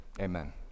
Amen